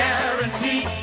Guaranteed